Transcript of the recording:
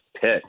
pick